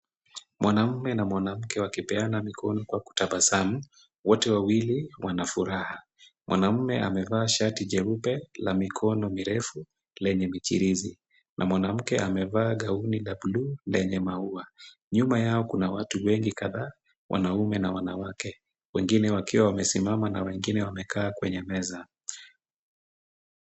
Mwanaume na mwanamke wakipeana mikono kwa kutabasamu, wote wawili wana furaha. Mwanaume amevaa shati jeupe la mikono mirefu yenye michirizi, na mwanamke, amevaa gauni la bluu lenye maua. Nyuma yao kuna watu kadhaa wanaume na wanawake. Wengine wakiwa wamesimama na wengine wamekaa kwenye meza.